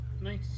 Nice